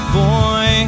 boy